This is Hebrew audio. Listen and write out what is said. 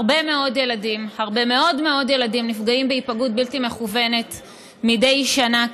הרבה מאוד מאוד ילדים נפגעים בהיפגעות בלתי מכוונת מדי שנה.